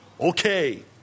okay